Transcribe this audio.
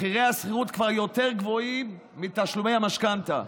מחירי השכירות כבר יותר גבוהים מתשלומי המשכנתה.